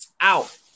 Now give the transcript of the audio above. out